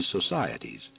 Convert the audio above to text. societies